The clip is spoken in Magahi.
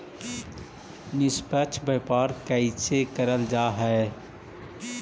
निष्पक्ष व्यापार कइसे करल जा हई